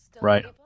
Right